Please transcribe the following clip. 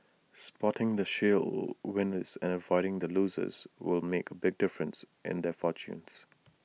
spotting the shale winners and avoiding the losers will make A big difference and their fortunes